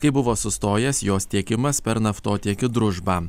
kai buvo sustojęs jos tiekimas per naftotiekį družba